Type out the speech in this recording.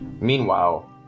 meanwhile